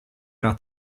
era